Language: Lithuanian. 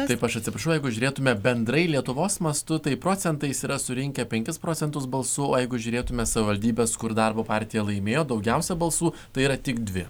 taip aš atsiprašau jeigu žiūrėtumėme bendrai lietuvos mastu tai procentais yra surinkę penkis procentus balsų o jeigu žiūrėtumėme savivaldybes kur darbo partija laimėjo daugiausiai balsų tai yra tik dvi